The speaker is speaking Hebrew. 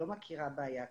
לא מכירה בעיה כזו.